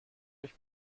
euch